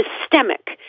systemic